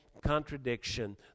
contradiction